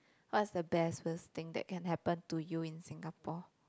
what's the best first thing that can happen to you in Singapore